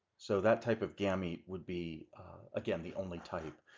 so that type of gamete would be again the only type.